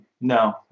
no